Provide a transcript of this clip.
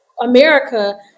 America